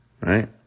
right